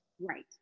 right